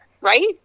right